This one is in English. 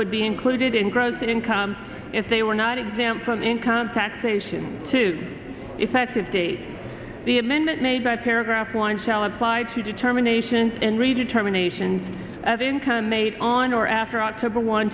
would be included in gross income if they were not example of income taxation to effective date the admin that made by paragraph one shall apply to determination in redetermination of income made on or after october one